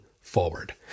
forward